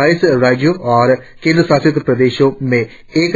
बाईस राज्यों और केंद्र शासित प्रदेशों में एक